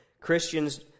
Christians